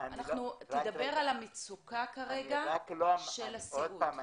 תדבר על המצוקה של הסיעוד.